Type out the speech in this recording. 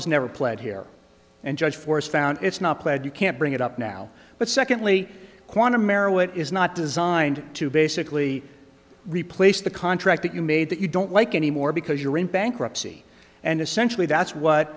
was never pled here and judge force found it's not pled you can't bring it up now but secondly quantum aero it is not designed to basically replace the contract that you made that you don't like anymore because you're in bankruptcy and essentially that's what